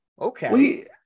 Okay